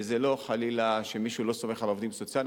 וזה לא חלילה שמישהו לא סומך על העובדים הסוציאליים.